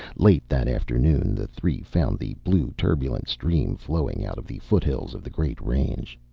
late that afternoon, the three found the blue, turbulent stream flowing out of the foothills of the great range.